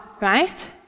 right